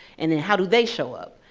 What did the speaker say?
and then how do they show up?